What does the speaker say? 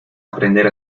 aprender